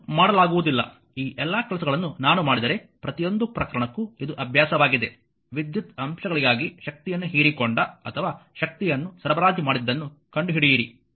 ಇದನ್ನು ಮಾಡಲಾಗುವುದಿಲ್ಲ ಈ ಎಲ್ಲ ಕೆಲಸಗಳನ್ನು ನಾನು ಮಾಡಿದರೆ ಪ್ರತಿಯೊಂದು ಪ್ರಕರಣಕ್ಕೂ ಇದು ಅಭ್ಯಾಸವಾಗಿದೆ ವಿದ್ಯುತ್ ಅಂಶಗಳಿಗಾಗಿ ಶಕ್ತಿಯನ್ನು ಹೀರಿಕೊಂಡ ಅಥವಾ ಶಕ್ತಿಯನ್ನು ಸರಬರಾಜು ಮಾಡಿದನ್ನು ಕಂಡುಹಿಡಿಯಿರಿ